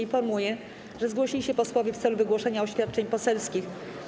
Informuję, że zgłosili się posłowie w celu wygłoszenia oświadczeń poselskich.